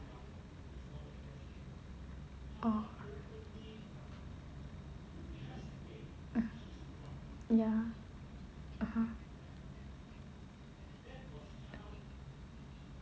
oh ya (uh huh) oh